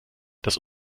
das